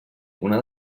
una